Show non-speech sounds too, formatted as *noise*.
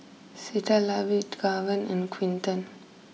Citlali *unintelligible* Gaven and Quinton